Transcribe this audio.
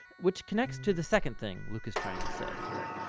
which connects to the second thing luke is trying to say here.